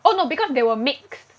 oh no because they will mixed